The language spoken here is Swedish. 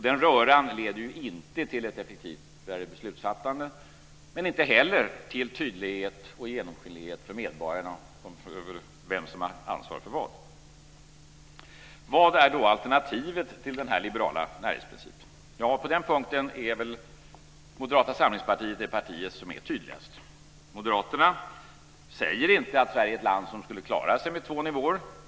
Den röran leder inte till ett effektivare beslutsfattande och inte heller till tydlighet och genomskinlighet för medborgarna när det gäller vem som har ansvar för vad. Vad är då alternativet till denna liberala närhetsprincipen? På den punkten är väl Moderata samlingspartiet det parti som är tydligast. Moderaterna säger inte att Sverige är ett land som skulle klara sig med två nivåer.